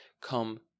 come